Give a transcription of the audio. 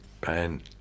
Ben